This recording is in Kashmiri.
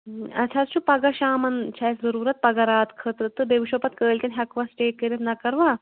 اسہِ حظ چھُ پَگاہ شامَن چھِ اسہِ ضروٗرَت پگاہ رات خٲطرٕ تہٕ بیٚیہِ وٕچھو پتہٕ کٲلۍکٮ۪تھ ہیٚکوٕ سِٹے کٔرِتھ نہ کَروا